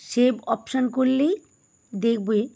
save option করলেই দেখবে